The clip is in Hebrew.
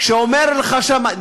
ואומר לך שם: